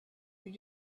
were